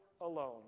alone